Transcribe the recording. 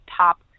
top